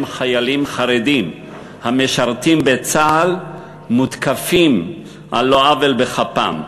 חיילים חרדים המשרתים בצה"ל מותקפים על לא עוול בכפם.